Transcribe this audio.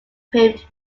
paved